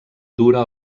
dura